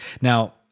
now